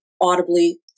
audibly